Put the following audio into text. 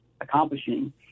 Accomplishing